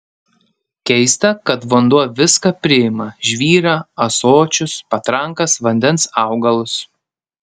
keista kad vanduo viską priima žvyrą ąsočius patrankas vandens augalus